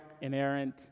inerrant